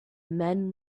men